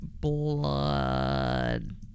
blood